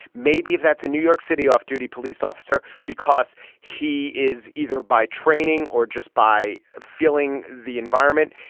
maybe if that's a new york city off duty police officer, because he is either by training or just by feeling the environment,